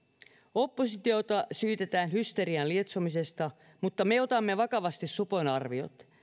oppositiota syytetään hysterian lietsomisesta mutta me otamme supon arviot vakavasti